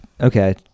okay